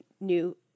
new